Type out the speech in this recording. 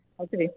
Okay